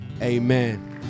Amen